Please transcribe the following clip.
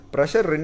Pressure